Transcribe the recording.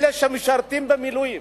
לאלה שמשרתים במילואים,